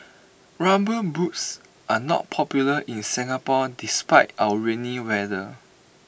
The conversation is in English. rubber boots are not popular in Singapore despite our rainy weather